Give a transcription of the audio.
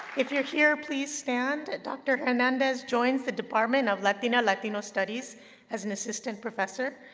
if you're here, please stand. dr. hernandez joins the department of latina latino studies as an assistant professor.